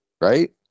right